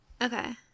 Okay